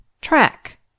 Track